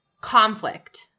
conflict